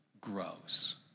grows